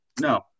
no